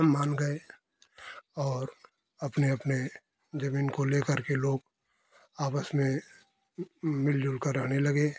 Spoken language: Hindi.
मान गए और अपने अपने जमीन को ले करके लोग आपस में मिलजुल कर रहने लगे